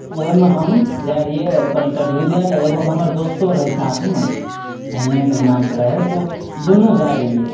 ओइमे हम जाइत रहियै इंटरव्यू दिय लए एगो हमर दोस्तो रहय साथमे धर्मेन्द्र नामके रहय तऽ उ दुनू जाइ रहियै